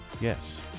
Yes